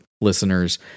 listeners